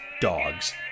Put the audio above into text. dogs